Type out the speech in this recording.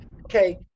Okay